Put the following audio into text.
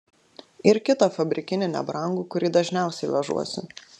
ir kitą fabrikinį nebrangų kurį dažniausiai vežuosi